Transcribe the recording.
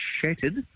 shattered